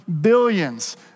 billions